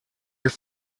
your